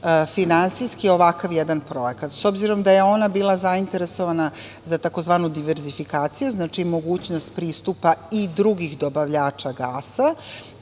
finansijski ovakav jedan projekat, s obzirom da je ona bila zainteresovana za tzv. diverzifikaciju, znači, mogućnost pristupa i drugih dobavljača gasa.